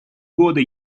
годы